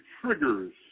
triggers